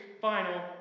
final